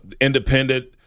independent –